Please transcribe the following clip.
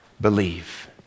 believe